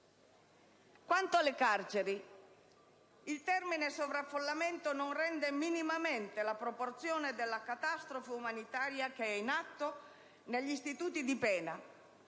Quanto alle carceri, il termine sovraffollamento non rende minimamente la proporzione della catastrofe umanitaria che è in atto negli istituti di pena